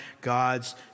God's